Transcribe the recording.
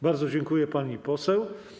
Bardzo dziękuję, pani poseł.